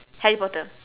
harry potter